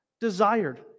desired